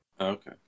okay